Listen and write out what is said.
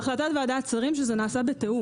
החלטת ועדת שרים שזה נעשה בתיאום.